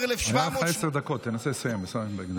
בינואר 1782, היו לך עשר דקות, תנסה לסיים בהקדם.